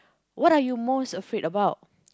what you most afraid about